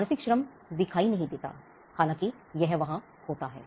मानसिक श्रम दिखाई नहीं देता हालांकि यह वहां होता है